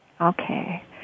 Okay